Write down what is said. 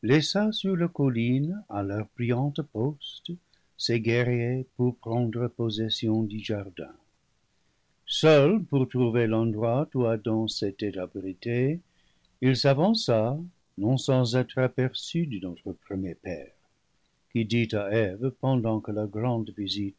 sur la colline à leur brillant poste ses guerriers pour prendre possession du jardin seul pour trouver l'endroit où adam s'était abrité il s'avança non sans être aperçu de notre premier père qui dit à eve pendant que la grande visite